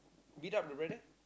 beat up the brother